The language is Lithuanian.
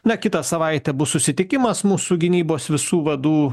na kitą savaitę bus susitikimas mūsų gynybos visų vadų